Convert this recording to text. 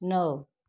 नौ